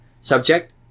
Subject